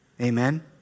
Amen